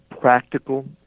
practical